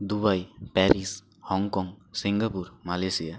Dubai Paris Hong Kong Singapore Malaysia